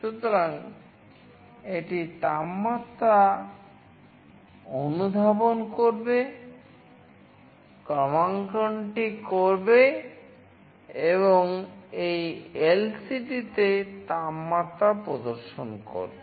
সুতরাং এটি তাপমাত্রা অনুধাবন করবে ক্রমাঙ্কনটি করবে এবং এই এলসিডিতে তাপমাত্রা প্রদর্শন করবে